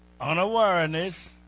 unawareness